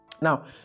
Now